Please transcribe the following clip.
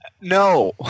No